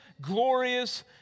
glorious